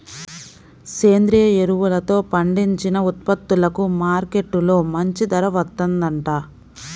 సేంద్రియ ఎరువులతో పండించిన ఉత్పత్తులకు మార్కెట్టులో మంచి ధర వత్తందంట